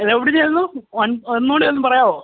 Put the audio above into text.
ഇതെവിടെ നിന്നായിരുന്നു ഒന്നുകൂടെയൊന്ന് പറയാമോ